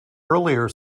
earlier